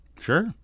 Sure